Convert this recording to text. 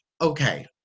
okay